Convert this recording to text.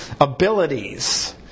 abilities